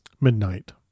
Midnight